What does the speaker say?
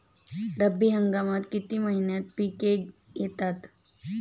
रब्बी हंगामात किती महिन्यांत पिके येतात?